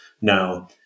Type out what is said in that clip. Now